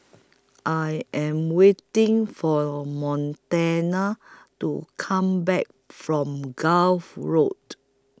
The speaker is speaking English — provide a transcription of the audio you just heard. I Am waiting For Montana to Come Back from Gulf Road